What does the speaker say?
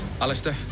Alistair